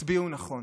תצביעו נכון.